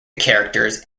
characters